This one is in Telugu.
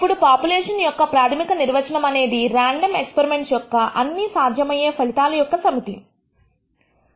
ఇప్పుడు పాపులేషన్ యొక్క ప్రాథమిక నిర్వచనం అనేది రాండమ్ ఎక్స్పరిమెంట్ యొక్క అన్ని సాధ్యమయ్యే ఫలితాల యొక్క సమితి అని